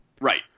Right